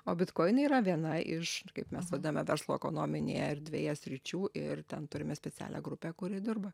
o bitkoinai yra viena iš ir kaip mes vadiname verslo ekonominėje erdvėje sričių ir ten turime specialią grupę kuri dirba